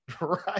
Right